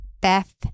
Beth